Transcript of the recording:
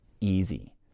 easy